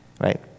right